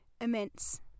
Immense